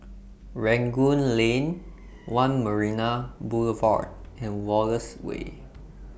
Rangoon Lane one Marina Boulevard and Wallace Way